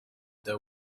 there